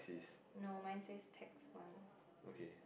no mine says text one